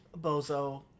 Bozo